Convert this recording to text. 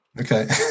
Okay